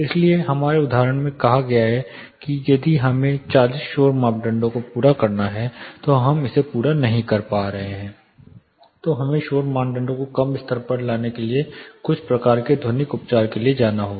इसलिए हमारे उदाहरण में कहा गया है कि यदि हमें 40 शोर मानदंडों को पूरा करना है तो हम इसे पूरा नहीं कर पा रहे तो हमें शोर मानदंडों को कम स्तर पर लाने के लिए कुछ प्रकार के ध्वनिक उपचार के लिए जाना होगा